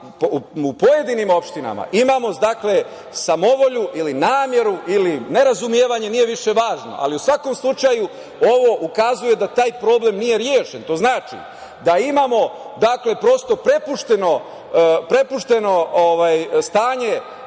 u pojedinim opštinama imamo samovolju ili nameru ili nerazumevanje, nije više ni važno. U svakom slučaju, ovo ukazuje da taj problem nije rešen. To znači da imamo prepušteno stanje